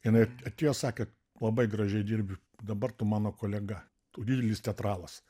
jinai at atėjo sakė labai gražiai dirbi dabar tu mano kolega tu didelis teatralas